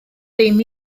dim